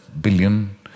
billion